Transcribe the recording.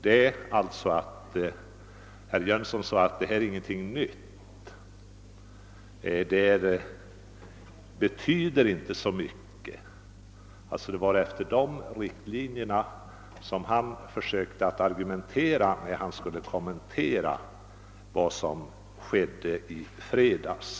Herr Jönsson sade att det inte är fråga om någonting nytt och att satsningen inte betyder så mycket, och det var med detta som riktlinje som han försökte argumentera i sin kommentar till vad som ägde rum i fredags.